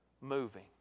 moving